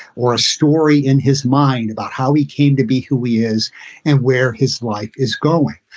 or a story in his mind about how he came to be who we is and where his life is going.